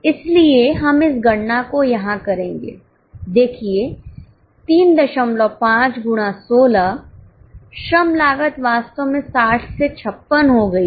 इसलिए हम इस गणना को यहां करेंगे देखिए 35 गुणा 16 श्रम लागत वास्तव में 60 से 56 हो गई है